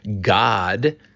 God